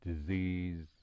disease